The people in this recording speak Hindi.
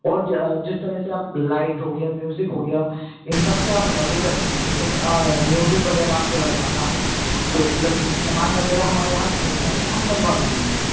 और जिस तरह से आप लाइट हो गया म्यूज़िक हो गया इन सबसे आप वो कर सकते है तो मैं म्यूज़िक वगैरह आपको लगवाना हो तो सामान वगैरह हमारे यहाँ से मिल जाएगा हम लगवा भी देंगे